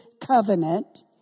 covenant